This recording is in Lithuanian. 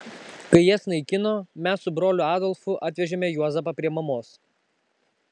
kai jas naikino mes su broliu adolfu atvežėme juozapą prie mamos